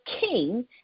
king